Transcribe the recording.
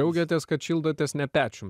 džiaugiatės kad šildotės ne pečium